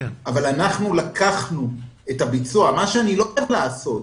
אבל אנחנו לקחנו את הביצוע מה שאני לא אוהב לעשות,